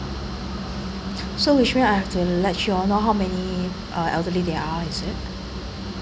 so which mean I have to let you all know how many uh elderly they are is it